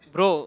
Bro